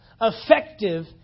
effective